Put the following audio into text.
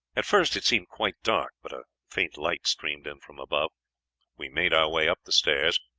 at first it seemed quite dark, but a faint light streamed in from above we made our way up the stairs,